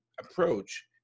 approach